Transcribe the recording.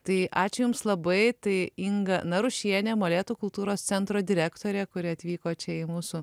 tai ačiū jums labai tai inga narušienė molėtų kultūros centro direktorė kuri atvyko čia į mūsų